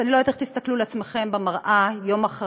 אז אני לא יודעת איך תסתכלו על עצמכם במראה יום אחרי,